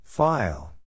File